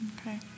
Okay